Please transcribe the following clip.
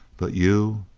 but you